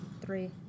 three